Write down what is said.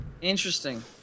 Interesting